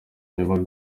ibinyoma